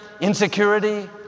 Insecurity